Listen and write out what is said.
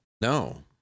No